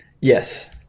yes